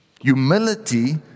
Humility